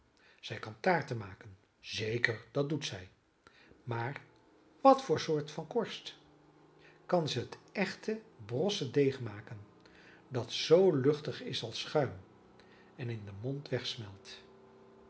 zij kan taarten maken zeker dat doet zij maar wat voor soort van korst kan ze het echte brosse deeg maken dat zoo luchtig is als schuim en in den mond wegsmelt